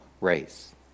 race